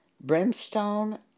brimstone